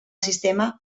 sistema